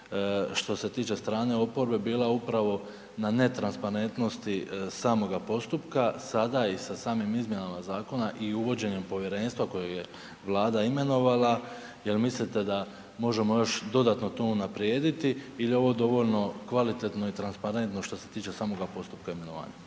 što se tiče strane oporbe bila upravo na ne transparentnosti samoga postupka, sada i sa samim izmjenama zakona i uvođenjem povjerenstva kojeg je Vlada imenovala, jel mislite da možemo još dodatno to unaprijediti ili je ovo dovoljno kvalitetno i transparentno što se tiče samoga postupka imenovanja?